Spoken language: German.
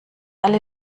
alle